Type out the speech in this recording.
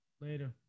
Later